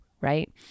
right